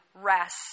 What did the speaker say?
rest